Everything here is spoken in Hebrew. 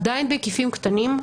עדיין בהיקפים קטנים,